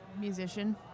Musician